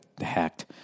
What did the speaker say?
hacked